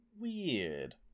Weird